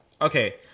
Okay